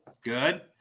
Good